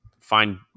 find